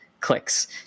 clicks